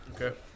Okay